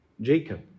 Jacob